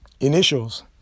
initials